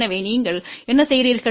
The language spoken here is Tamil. எனவே நீங்கள் என்ன செய்கிறீர்கள்